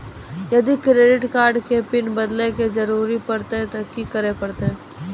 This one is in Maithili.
यदि क्रेडिट कार्ड के पिन बदले के जरूरी परतै ते की करे परतै?